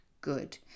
Good